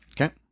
Okay